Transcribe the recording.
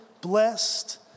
blessed